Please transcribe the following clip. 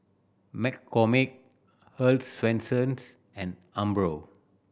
McCormick Earl's Swensens and Umbro